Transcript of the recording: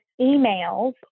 emails